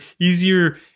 easier